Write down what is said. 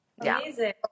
Amazing